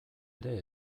ere